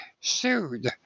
sued